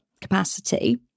capacity